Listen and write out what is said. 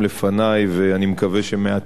ואני מקווה שמעטים אחרי.